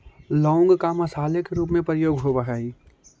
लौंग का मसाले के रूप में प्रयोग होवअ हई